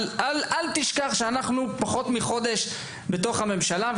אל תשכח שאנחנו פחות מחודש בתוך הממשלה,